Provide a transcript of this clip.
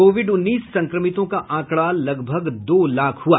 Covid उन्नीस संक्रमितों का आंकड़ा लगभग दो लाख हुआ